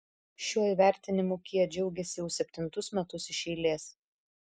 šiuo įvertinimu kia džiaugiasi jau septintus metus iš eilės